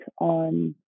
on